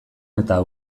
eta